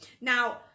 Now